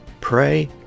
pray